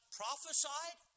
prophesied